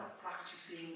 practicing